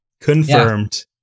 Confirmed